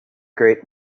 great